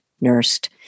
nursed